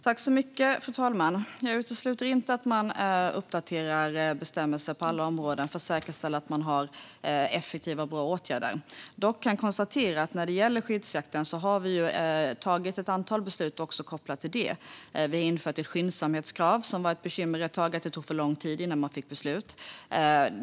Fru talman! Jag utesluter inte att man uppdaterar bestämmelser på alla områden för att säkerställa att man har effektiva och bra åtgärder. När det gäller skyddsjakten har vi tagit ett antal beslut kopplat till den. Vi har infört ett skyndsamhetskrav eftersom det ett tag var ett bekymmer att det tog för lång tid innan man fick ett beslut.